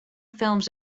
films